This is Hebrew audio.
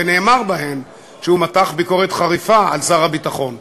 ונאמר בהם שהוא מתח ביקורת חריפה על שר הביטחון.